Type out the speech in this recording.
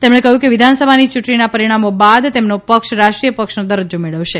તેમણે કહ્યું કે વિધાનસભાની યૂંટણીના પરિણામો બાદ તેમનો પક્ષ રાષ્ટ્રીય પક્ષનો દરજ્જો મેળવશે